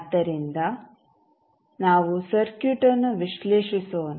ಆದ್ದರಿಂದ ನಾವು ಸರ್ಕ್ಯೂಟ್ಅನ್ನು ವಿಶ್ಲೇಷಿಸೋಣ